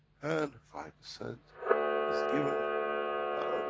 and five percent is given the balance